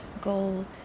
goal